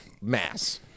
mass